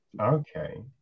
okay